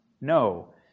No